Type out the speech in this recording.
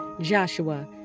joshua